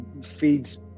feeds